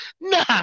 Nah